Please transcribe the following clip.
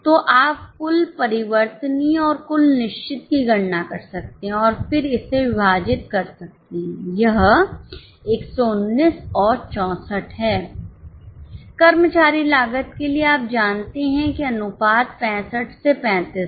तो आप कुल परिवर्तनीय और कुल निश्चित की गणना कर सकते हैं और फिर इसे विभाजित कर सकते हैं यह 119 और 64 है कर्मचारी लागत के लिए आप जानते हैं कि अनुपात 65 से 35 था